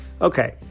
Okay